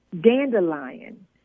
dandelion